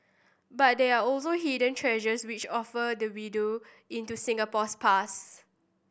but there are also hidden treasures which offer the window into Singapore's past